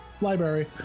library